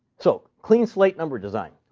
so clean-slate number design.